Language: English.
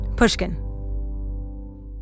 Pushkin